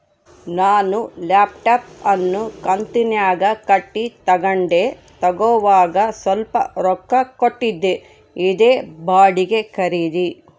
ನಾನು ಲ್ಯಾಪ್ಟಾಪ್ ಅನ್ನು ಕಂತುನ್ಯಾಗ ಕಟ್ಟಿ ತಗಂಡೆ, ತಗೋವಾಗ ಸ್ವಲ್ಪ ರೊಕ್ಕ ಕೊಟ್ಟಿದ್ದೆ, ಇದೇ ಬಾಡಿಗೆ ಖರೀದಿ